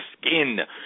skin